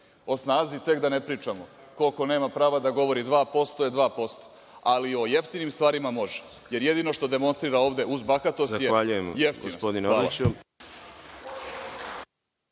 O snazi tek da ne pričamo, koliko nema prava da govori 2% je 2%, ali o jeftinim stvarima može, jer jedino što demonstrira ovde uz bahatost je jeftinost.